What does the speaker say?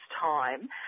time